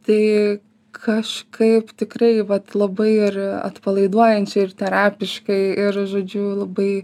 tai kažkaip tikrai vat labai ir atpalaiduojančiai ir terapiškai ir žodžiu labai